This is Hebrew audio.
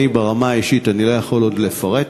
אני, ברמה האישית, לא יכול עוד לפרט,